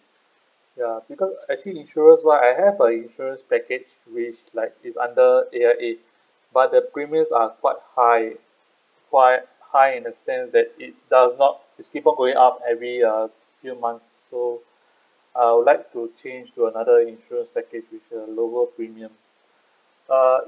ya because actually insurance wise I have a insurance package which like it's under A_I_A but the premiums are quite high quite high in the sense that it does not there's people going out every uh few month so I would like to change to another insurance package with a lower premium err